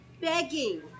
begging